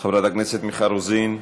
חברת הכנסת מיכל רוזין,